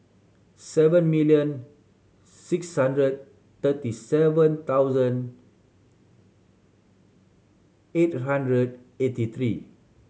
seven million six hundred thirty seven thousand eight hundred eighty three